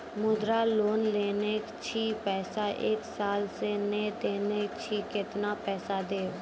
मुद्रा लोन लेने छी पैसा एक साल से ने देने छी केतना पैसा देब?